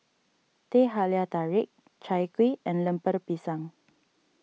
Teh Halia Tarik Chai Kuih and Lemper Pisang